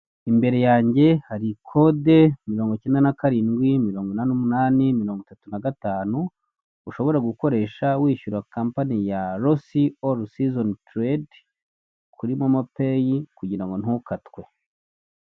Imbere yanjye hari kode mirongo ikenda na karindwi mirongo inani n'umunani mirongo itatu na gatanu, ushobora gukoresha wishyura kampani ya rosi oru sizoni teredi kuri momopeyi kugirango ntukatwe.